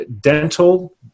dental